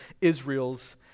Israel's